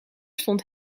stond